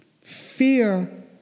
fear